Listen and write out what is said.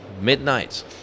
midnight